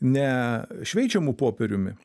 ne šveičiamu popieriumi